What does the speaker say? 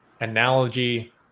analogy